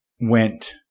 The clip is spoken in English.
went